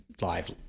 live